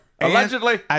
allegedly